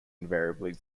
invariably